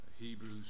Hebrews